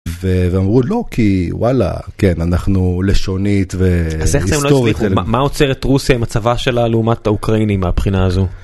ואמרו לא, כי וואלה, כן אנחנו לשונית והיסטורית, אז איך זה הם לא הצליחו? מה עוצר את רוסיה עם הצבא שלה לעומת האוקראינים מהבחינה הזו?